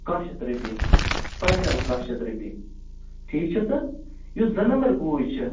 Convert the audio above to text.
کہہ شَتھ رۄپیہٕ فاینَل کہہ شَتھ رۄپیہٕ ٹھیٖک چھِ سا یُس زٕ نَمبَر گوٗج چھِ